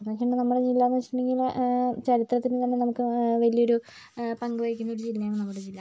അതേപോലെ നമ്മുടെ ജില്ലയെന്ന് വെച്ചിട്ടുണ്ടെങ്കിൽ ചരിത്രത്തിന് തന്നെ നമുക്ക് വലിയൊരു പങ്ക് വഹിക്കുന്ന ഒരു ജില്ലയാണ് നമ്മുടെ ജില്ല